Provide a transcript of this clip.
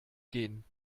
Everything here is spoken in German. gehen